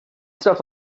stuff